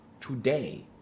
today